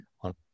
On